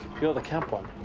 you're the camp one.